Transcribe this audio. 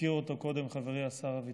הזכיר אותו קודם חברי השר אביטן.